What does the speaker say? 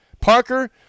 Parker